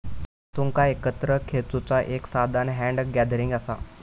वस्तुंका एकत्र खेचुचा एक साधान हॅन्ड गॅदरिंग असा